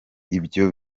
byo